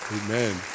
Amen